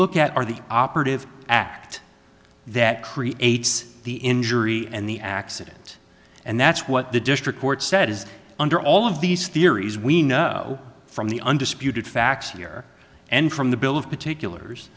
look at are the operative act that creates the injury and the accident and that's what the district court said is under all of these theories we know from the undisputed facts here and from the bill of particulars